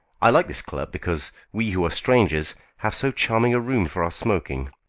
i like this club because we who are strangers have so charming a room for our smoking.